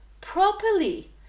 properly